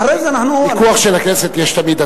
אחרי זה אנחנו, פיקוח של הכנסת יש תמיד.